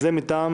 דרך